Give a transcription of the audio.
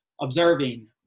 observing